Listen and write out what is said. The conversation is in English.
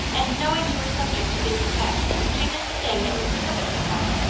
and knowing you were subject to these attacks, she did the thing that would precipitate one,